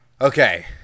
Okay